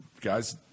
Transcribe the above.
guys